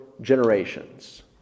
generations